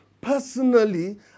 personally